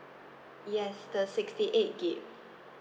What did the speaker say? yes the sixty eight gig